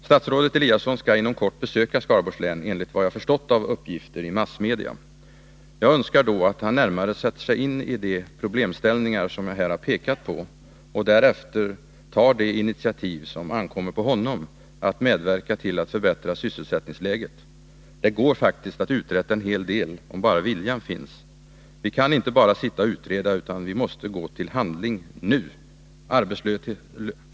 Statsrådet Eliasson skall inom kort besöka Skaraborgs län, enligt vad jag har förstått av uppgifter i massmedia. Jag önskar då att han närmare sätter sig in i de problemställningar som jag här har pekat på och därefter tar de initiativ som ankommer på honom att medverka till att förbättra sysselsättningsläget. Det går faktiskt att uträtta en hel del, om bara viljan finns. Vi kan inte bara sitta och utreda, vi måste gå till handling nu!